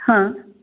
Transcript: हां